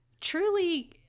truly